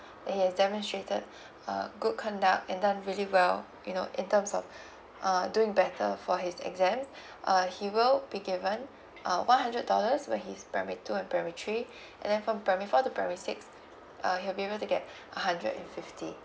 he has demonstrated uh good conduct and done really well you know in terms of uh doing better for his exams uh he will be given a one hundred dollars when he's primary two and primary three and then from primary four to primary six uh he'll be able to get a hundred and fifty